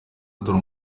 atari